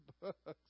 books